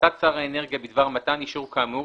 החלטת שר האנרגיה בדבר מתן אישור כאמור